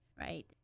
right